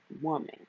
woman